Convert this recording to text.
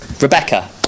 Rebecca